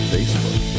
Facebook